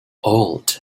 old